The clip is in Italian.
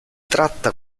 tratta